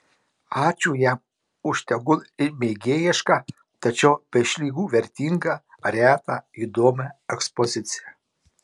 ačiū jam už tegul ir mėgėjišką tačiau be išlygų vertingą retą įdomią ekspoziciją